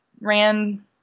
ran